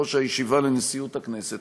יושב-ראש הישיבה לנשיאות הכנסת.